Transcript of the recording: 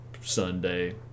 Sunday